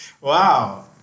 wow